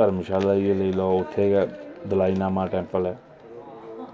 धर्मशाला गै लेई लैओ उत्थै गै दलाई लामा टेम्पल ऐ